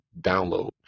download